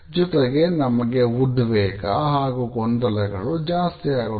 ಜೊತೆಗೆ ನಮಗೆ ಉದ್ವೇಗ ಹಾಗು ಗೊಂದಲಗಳು ಜಾಸ್ತಿ ಆಗುತ್ತವೆ